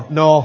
no